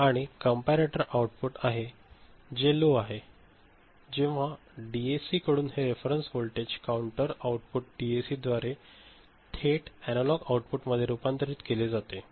आणि हे comparator output आहे जे लो आहे जेव्हा डीएसीकडून हे रेफरन्स व्होल्टेज काउंटर आउटपुट डीएसीद्वारे थेट एनालॉग आउटपुटमध्ये रूपांतरित केले जाते